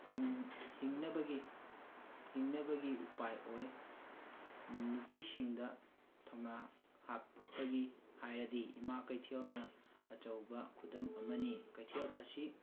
ꯍꯤꯡ ꯍꯤꯡꯅꯕꯒꯤ ꯍꯤꯡꯅꯕꯒꯤ ꯎꯄꯥꯏ ꯑꯣꯏ ꯅꯨꯄꯤꯁꯤꯡꯗ ꯊꯧꯅꯥ ꯍꯥꯞꯄꯒꯤ ꯍꯥꯏꯔꯗꯤ ꯏꯃꯥ ꯀꯩꯊꯦꯜꯅ ꯑꯆꯧꯕ ꯈꯨꯗꯝ ꯑꯃꯅꯤ ꯀꯩꯊꯦꯜ ꯑꯁꯤ